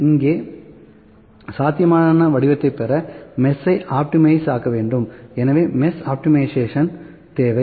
எனவே இங்கே சாத்தியமான வடிவத்தைப் பெற மெஷ் ஐ ஆப்டிமைஷ் ஆக்க வேண்டும் எனவே மெஷ் ஆப்டிமைஷேஷன் தேவை